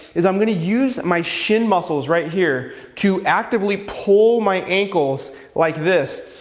is i'm gonna use my shin muscles right here to actively pull my ankles like this,